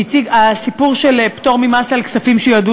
הסיפור של פטור ממס על כספים שיועדו